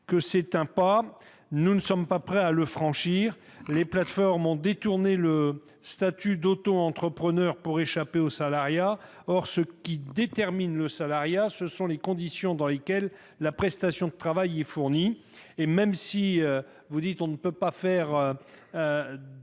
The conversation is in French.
que c'est un premier pas, nous ne sommes pas prêts à le franchir. Les plateformes ont détourné le statut d'autoentrepreneur pour échapper au salariat. Or ce qui détermine le salariat, ce sont les conditions dans lesquelles la prestation de travail est fournie, et, même si, selon vous, madame